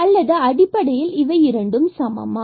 அல்லது அடிப்படையில் இவை இரண்டும் சமமா